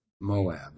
Moab